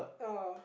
oh